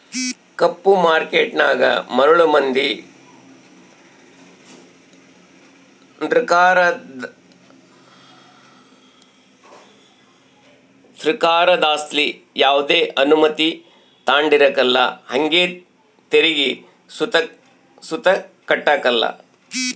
ಕಪ್ಪು ಮಾರ್ಕೇಟನಾಗ ಮರುಳು ಮಂದಿ ಸೃಕಾರುದ್ಲಾಸಿ ಯಾವ್ದೆ ಅನುಮತಿ ತಾಂಡಿರಕಲ್ಲ ಹಂಗೆ ತೆರಿಗೆ ಸುತ ಕಟ್ಟಕಲ್ಲ